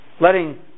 letting